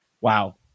Wow